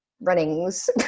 runnings